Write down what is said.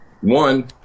One